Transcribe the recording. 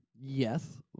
Yes